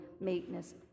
meekness